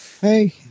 Hey